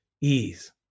ease